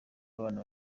abana